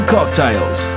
Cocktails